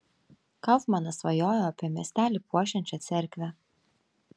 kaufmanas svajojo apie miestelį puošiančią cerkvę